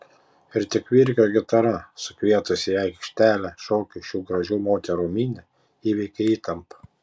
ir tik virgio gitara sukvietusi į aikštelę šokiui šių gražių moterų minią įveikė įtampą